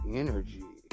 energy